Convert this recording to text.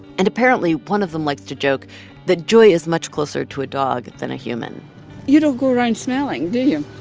and, apparently, one of them likes to joke that joy is much closer to a dog than a human you don't go around smelling, do you?